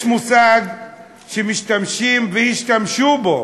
יש מושג שמשתמשים והשתמשו בו